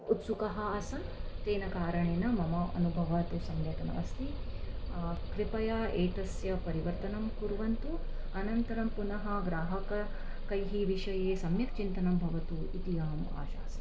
उत्सुकः आसन् तेन कारणेन मम अनुभव तु सम्यक् नास्ति कृपया एतस्य परिवर्तनं कुर्वन्तु अनन्तरं पुनः ग्राहकैः कैः विषये सम्यक् चिन्तनं भवतु इति अहम् आशासे